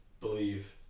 Believe